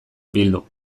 bildu